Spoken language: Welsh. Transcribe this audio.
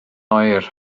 oer